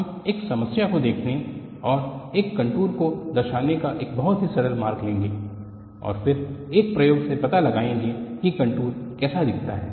हम एक समस्या को देखने और एक कंटूर को दर्शाने का एक बहुत ही सरल मार्ग लेंगे और फिर एक प्रयोग से पता लगाएंगे कि कंटूर कैसा दिखता है